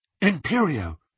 Imperio